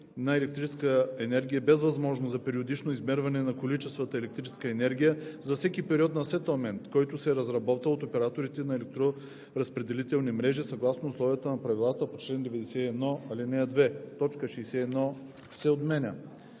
на електрическа енергия без възможност за периодично измерване на количествата електрическа енергия за всеки период на сетълмент, който се разработва от операторите на електроразпределителни мрежи съгласно условията на правилата по чл. 91, ал. 2.“; д) точка